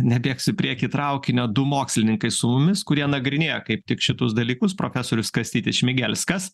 nebėgsiu prieky traukinio du mokslininkai su mumis kurie nagrinėja kaip tik šitus dalykus profesorius kastytis šmigelskas